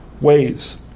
ways